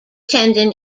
tendon